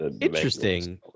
interesting